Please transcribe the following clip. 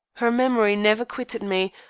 her memory never quitted me,